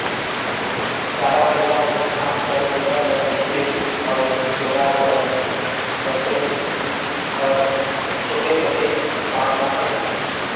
गाड़ा बइला मे धान कर बीड़ा ल सथियई अउ डोरा कर कसई हर छोटे मोटे काम ना हवे